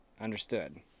Understood